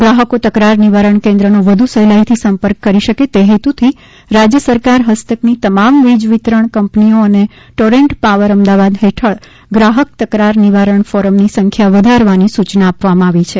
ગ્રાહકો તકરાર નિવારણ કેન્દ્રનો વધુ સહેલાઇથી સંપર્ક કરી શકે તે હેતુથી રાજ્ય સરકાર હસ્તકની તમામ વીજ વિતરણ કંપનીઓ અને ટોરન્ટ પાવરઅમદાવાદ હેઠળ ગ્રાહક તકરાર નિવારણ ફોરમની સંખ્યા વધારવાની સૂચના આપવામાં આવી છે